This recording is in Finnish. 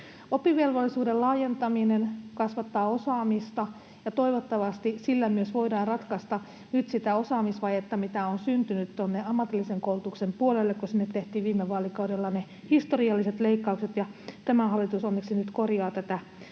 Oppivelvollisuuden laajentaminen kasvattaa osaamista, ja toivottavasti sillä myös voidaan nyt ratkaista sitä osaamisvajetta, mitä on syntynyt ammatillisen koulutuksen puolelle, kun sinne tehtiin viime vaalikaudella ne historialliset leikkaukset. Tämä hallitus onneksi nyt korjaa tätä